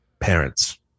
parents